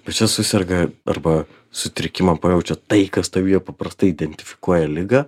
bet čia suserga arba sutrikimą pajaučia tai kas tavyje paprastai identifikuoja ligą